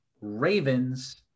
Ravens